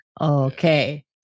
Okay